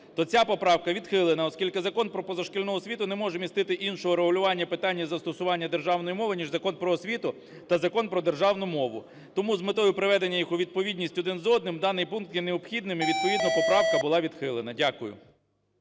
то ця поправка відхилена, оскільки Закон "Про позашкільну освіту" не може містити іншого регулювання питання застосування державної мови, ніж Закон "Про освіту" та Закон про державну мову. Тому з метою приведення їх у відповідність один з одним, даний пункт є необхідним, і відповідна поправка була відхилена. Дякую.